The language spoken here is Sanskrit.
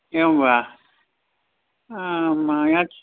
एवं वा आम् मया